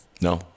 No